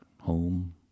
home